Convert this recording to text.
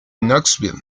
knoxville